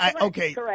Okay